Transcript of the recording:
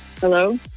hello